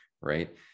right